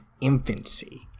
infancy